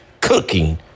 Cooking